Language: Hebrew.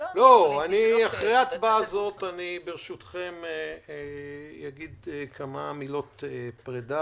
אחרי ההצבעה הזאת אני אגיד כמה מילות פרידה